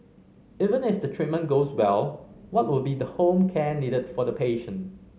even if the treatment goes well what will be the home care needed for the patient